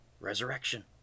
Resurrection